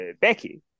Becky